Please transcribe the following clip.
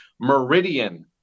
Meridian